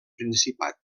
principat